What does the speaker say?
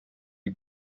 die